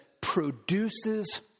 produces